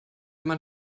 mann